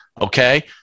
okay